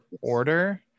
order